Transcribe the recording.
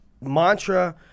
mantra